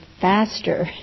faster